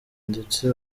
ndetse